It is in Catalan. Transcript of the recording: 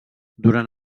durant